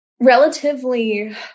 relatively